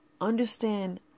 understand